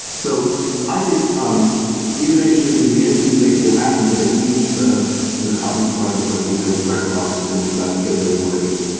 so i think um the innovation in the engine space will happen, but it needs a and hot new product like we have with firefox when we got gecko to market.